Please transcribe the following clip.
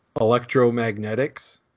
Electromagnetics